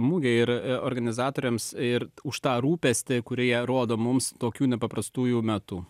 mugėje ir organizatoriams ir už tą rūpestį kurie rodo mums tokių nepaprastųjų metu